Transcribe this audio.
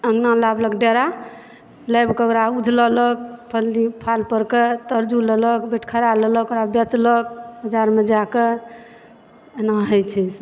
अंगना लाबलक डेरा लाबि कऽ ओकरा उझललक फल्ली फाल पर कऽ तराजू लेलक बटखारा लेलक ओकरा बेचलक बजारमे जाए कऽ एना होइ छै